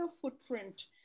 footprint